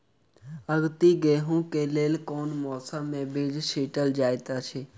आगिता गेंहूँ कऽ लेल केँ मौसम मे बीज छिटल जाइत अछि?